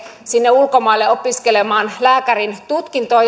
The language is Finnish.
ulkomaille opiskelemaan lääkärin tutkintoa